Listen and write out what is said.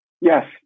Yes